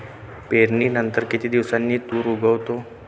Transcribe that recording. पेरणीनंतर किती दिवसांनी तूर उगवतो?